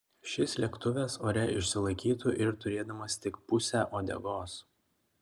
šis lėktuvas ore išsilaikytų ir turėdamas tik pusę uodegos